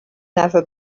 never